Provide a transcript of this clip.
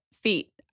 feet